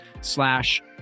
slash